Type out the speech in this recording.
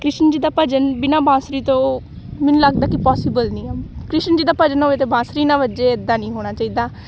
ਕ੍ਰਿਸ਼ਨ ਜੀ ਦਾ ਭਜਨ ਬਿਨਾ ਬਾਂਸਰੀ ਤੋਂ ਮੈਨੂੰ ਲੱਗਦਾ ਕਿ ਪੋਸੀਬਲ ਨਹੀਂ ਆ ਕ੍ਰਿਸ਼ਨ ਜੀ ਦਾ ਭਜਨ ਹੋਵੇ ਅਤੇ ਬਾਂਸਰੀ ਨਾ ਵੱਜੇ ਇੱਦਾਂ ਨਹੀਂ ਹੋਣਾ ਚਾਹੀਦਾ